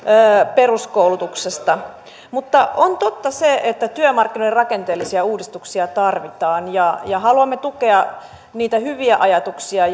peruskoulutuksesta mutta on totta se että työmarkkinoiden rakenteellisia uudistuksia tarvitaan ja ja haluamme tukea niitä hyviä ajatuksia